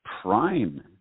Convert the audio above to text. prime